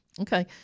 Okay